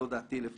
זו דעתי לפחות.